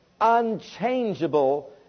unchangeable